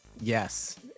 Yes